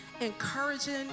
encouraging